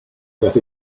that